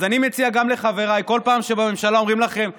אז אני מציע גם לחבריי: כל פעם שבממשלה אומרים לכם לדחות,